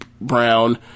Brown